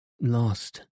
Lost